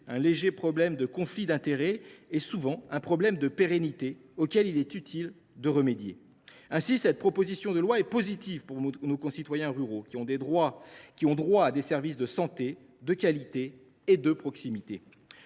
des problèmes de conflit d’intérêts et souvent de pérennité, auxquels il est utile de remédier. Ainsi, cette proposition de loi est positive pour nos concitoyens ruraux, qui ont droit à des services de santé de qualité et de proximité.